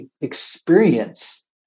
experience